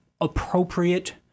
appropriate